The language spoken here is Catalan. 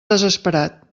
desesperat